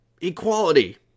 equality